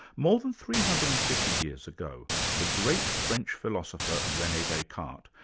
more than three hundred and fifty years ago, the great french philosopher, rene descartes,